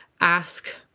ask